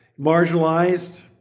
marginalized